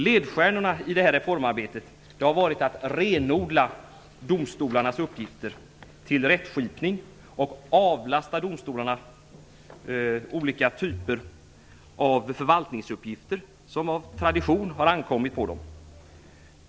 Ledstjärnorna i reformarbetet har varit att renodla domstolarnas uppgifter till rättsskipning och avlasta domstolarna olika typer av förvaltningsuppgifter som av tradition ankommit på dem.